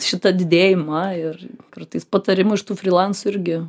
šitą didėjimą ir kartais patarimų iš tų frilansų irgi